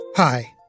Hi